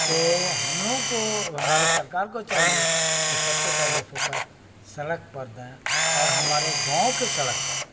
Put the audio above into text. تو ہم لوگوں کو ہماری سرکار کو چاہیے کہ سب سے پہلے فوکس سڑک پر دیں اور ہمارے گاؤں کے سڑک پر دیں